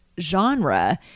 genre